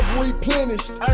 replenished